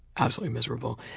absolutely miserable.